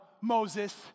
Moses